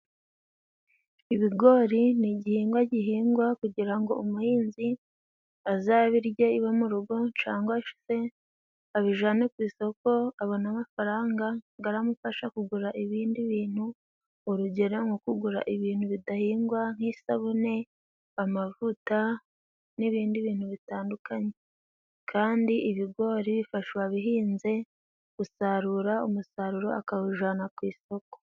Ibigori ni igihingwa gihingwa kugira ngo umuhinzi azabirye iwe mu rugo, cangwa abijane ku isoko abone amafaranga garamufasha kugura ibindi bintu urugero: nko kugura ibintu bidahingwa nk'isabune, amavuta, n'ibindi bintu bitandukanye, kandi ibigori bifasha uwabihinze gusarura umusaruro akawujana ku isoko.